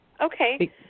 okay